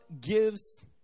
gives